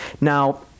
Now